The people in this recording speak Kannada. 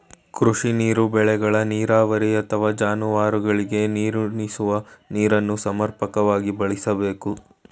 ಕೃಷಿ ನೀರು ಬೆಳೆಗಳ ನೀರಾವರಿ ಅಥವಾ ಜಾನುವಾರುಗಳಿಗೆ ನೀರುಣಿಸುವ ನೀರನ್ನು ಸಮರ್ಪಕವಾಗಿ ಬಳಸ್ಬೇಕು